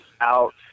out